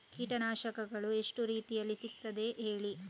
ಕೀಟನಾಶಕಗಳು ಎಷ್ಟು ರೀತಿಯಲ್ಲಿ ಸಿಗ್ತದ ಹೇಳಿ